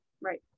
Right